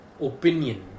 opinion